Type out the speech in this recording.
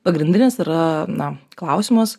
pagrindinis yra na klausimas